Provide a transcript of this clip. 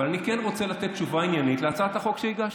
אבל אני כן רוצה לתת תשובה עניינית להצעת החוק שהגשת.